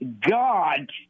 God